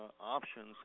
options